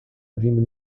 vindo